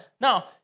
Now